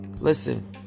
Listen